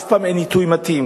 אף פעם אין עיתוי מתאים